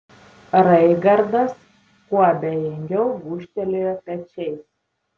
raigardas kuo abejingiau gūžtelėjo pečiais